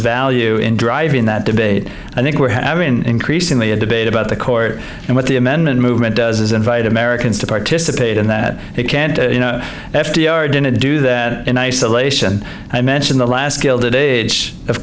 value in driving that debate i think we're having increasingly a debate about the court and what the amendment movement does is invite americans to participate in that they can't you know f d r didn't do that in isolation i mentioned the last gilded age of